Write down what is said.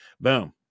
Boom